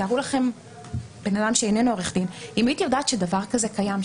תארו לכם אדם שאיננו עורך דין אם הייתי יודעת שדבר כזה קיים,